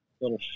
little